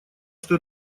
что